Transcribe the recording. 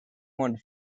wanted